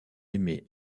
émet